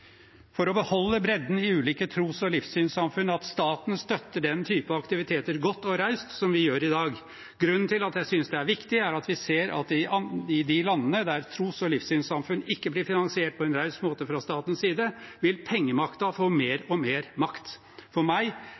for å beholde bredden i ulike tros- og livssynssamfunn, at staten støtter den type aktiviteter godt og raust, som vi gjør i dag. Grunnen til at jeg syns det er viktig, er at vi ser at i de landene der tros- og livssynssamfunn ikke blir finansiert på en raus måte fra statens side, vil pengemakta få mer og mer makt. For meg